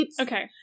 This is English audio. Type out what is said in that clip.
Okay